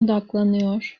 odaklanıyor